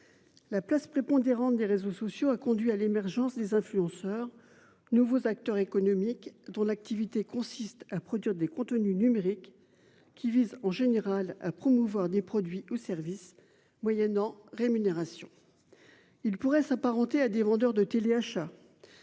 La place prépondérante des réseaux sociaux a conduit à l'émergence des influenceurs nouveaux acteurs économiques dont l'activité consiste à produire des contenus numériques. Qui visent en général à promouvoir des produits ou services moyennant rémunération. Il pourrait s'apparenter à des vendeurs de téléachat.